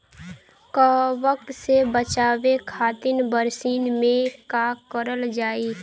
कवक से बचावे खातिन बरसीन मे का करल जाई?